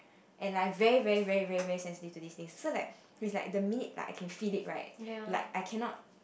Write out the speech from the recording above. and like very very very very very sensitive to this thing so like is like the minute like I feel it right like I cannot